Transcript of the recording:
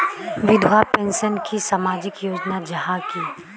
विधवा पेंशन की सामाजिक योजना जाहा की?